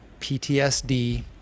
PTSD